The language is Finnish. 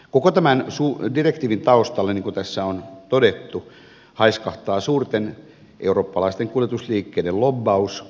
koko tämän direktiivin taustalla niin kuin tässä on todettu haiskahtaa suurten eurooppalaisten kuljetusliikkeiden lobbaus